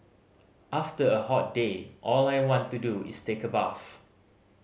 after a hot day all I want to do is take a bath